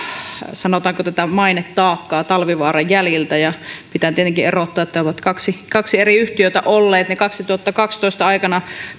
sanotaanko tätä mainetaakkaa talvivaaran jäljiltä ja pitää tietenkin erottaa että ne ovat kaksi kaksi eri yhtiötä vuoden kaksituhattakaksitoista aikana